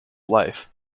life